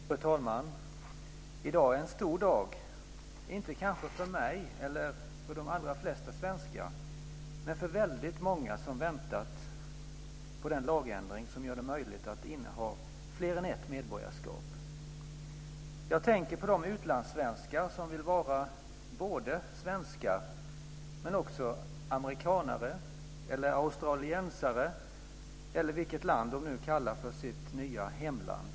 Fru talman! I dag är det en stor dag - inte kanske för mig eller för de allra flesta svenskar, men för väldigt många som väntat på den lagändring som gör det möjligt att inneha fler än ett medborgarskap. Jag tänker på de utlandssvenskar som vill vara både svenskar men också amerikanare, australiensare eller vad det kan vara i det land de nu kallar för sitt nya hemland.